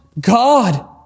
God